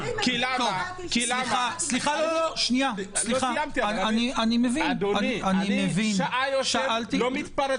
אני לא חי בוואקום.